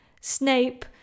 Snape